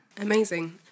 Amazing